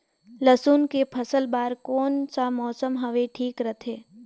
लसुन के फसल बार कोन सा मौसम हवे ठीक रथे?